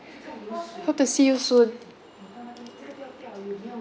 hope to see you soon